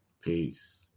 peace